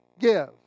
give